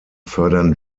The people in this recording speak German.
fördern